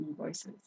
voices